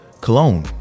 Cologne